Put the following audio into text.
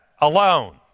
Alone